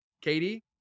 Katie